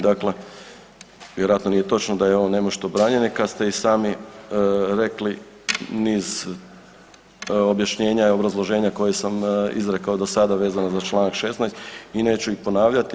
Dakle, vjerojatno nije točno da je on nemušto branjen kad ste i sami rekli niz objašnjenja i obrazloženja koje sam izrekao dosada vezano za čl. 16. i neću ih ponavljati.